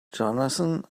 johnathan